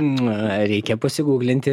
na reikia pasiguglinti